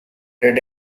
red